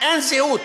אין זהות,